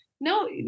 no